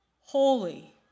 holy